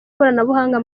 ikoranabuhanga